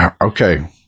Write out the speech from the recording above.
Okay